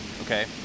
Okay